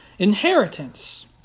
Inheritance